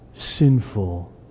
sinful